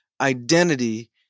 identity